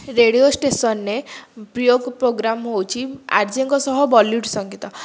radio ଷ୍ଟେସନରେ ପ୍ରିୟ programme ହେଉଛି ଆର୍ ଜେ ଙ୍କ ସହ ବଲିଉଡ଼ ସଙ୍ଗୀତ